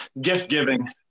Gift-giving